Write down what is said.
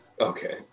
Okay